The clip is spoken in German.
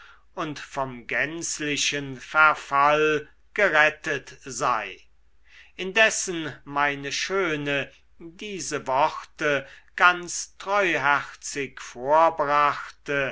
und vom gänzlichen verfall gerettet sei indessen meine schöne diese worte ganz treuherzig vor